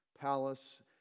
palace